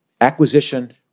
acquisition